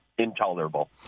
intolerable